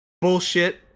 Bullshit